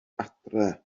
adre